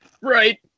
Right